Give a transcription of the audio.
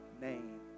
name